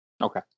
Okay